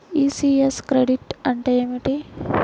ECS credit అంటే ఏమిటి?